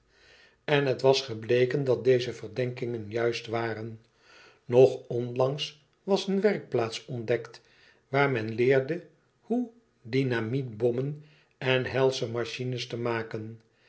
en het was gebleken dat deze verdenkingen juist waren nog onlangs was een werkplaats ontdekt waar men leerde hoe dynamietbommen en helsche machines te maken